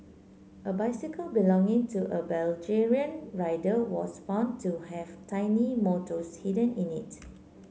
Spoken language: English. a bicycle belonging to a Belgian rider was found to have tiny motors hidden in it